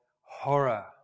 horror